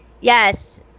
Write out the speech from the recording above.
Yes